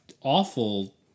awful